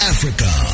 Africa